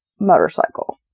motorcycle